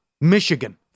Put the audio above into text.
Michigan